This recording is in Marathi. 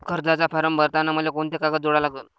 कर्जाचा फारम भरताना मले कोंते कागद जोडा लागन?